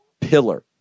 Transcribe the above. pillar